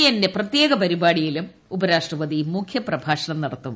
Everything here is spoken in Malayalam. എന്നിന്റെ പ്രത്യേക പരിപാടിയിലും ഉപരാഷ്ട്രപതി മുഖ്യപ്രഭാഷണം നടത്തും